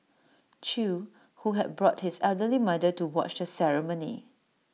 chew who had brought his elderly mother to watch the ceremony